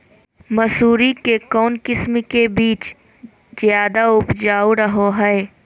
मसूरी के कौन किस्म के बीच ज्यादा उपजाऊ रहो हय?